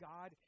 God